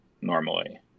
normally